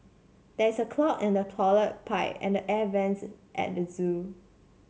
there is a clog in the toilet pipe and the air vents at the zoo